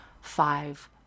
five